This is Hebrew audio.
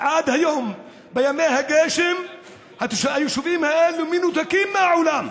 עד היום בימי הגשם היישובים האלה מנותקים מהעולם,